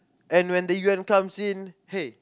and when the U_N comes in hey